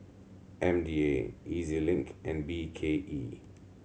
M D A E Z Link and B K E